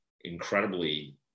incredibly